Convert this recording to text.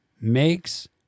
makes